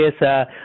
yes